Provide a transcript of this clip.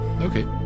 Okay